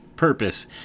Purpose